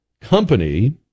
company